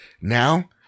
Now